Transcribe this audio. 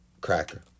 Cracker